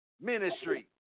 ministry